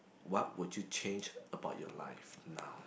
what would you change about your life now